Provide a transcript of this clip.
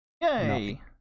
Yay